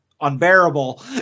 unbearable